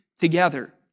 together